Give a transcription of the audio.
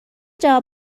جواب